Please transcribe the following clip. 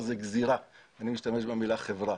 זה גזירה אני משתמש במילה "חברה".